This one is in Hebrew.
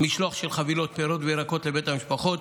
משלוח של חבילות פירות וירקות לבתי המשפחות,